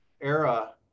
era